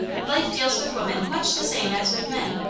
life deals with women much the same as with men.